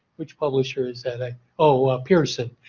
which publisher is that a oh ah pearson.